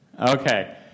Okay